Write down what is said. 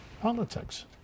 politics